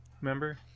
Remember